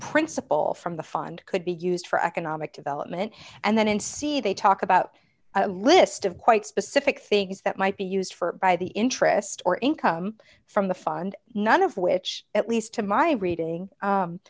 principle from the fund could be used for economic development and then see they talk about a list of quite specific things that might be used for by the interest or income from the fund none of which at least to my reading